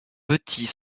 petit